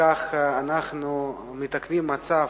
בכך אנחנו מתקנים מצב,